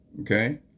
Okay